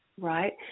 Right